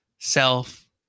Self